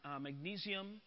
magnesium